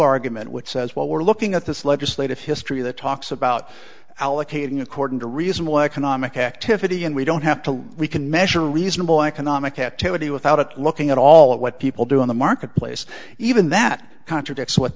argument which says well we're looking at this legislative history that talks about allocating according to reasonable economic activity and we don't have to we can measure reasonable economic activity without it looking at all of what people do in the marketplace even that contradicts what